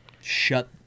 shut